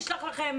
נשלח לכם